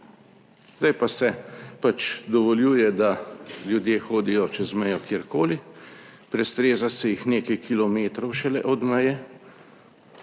Zdaj pa se pač dovoljuje, da ljudje hodijo čez mejo kjerkoli, prestreza se jih nekaj kilometrov šele od meje